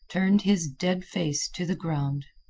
turned his dead face to the ground.